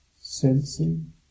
sensing